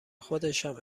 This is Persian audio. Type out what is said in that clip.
خودشم